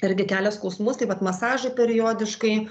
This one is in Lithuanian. irgi kelia skausmus taip pat masažai periodiškai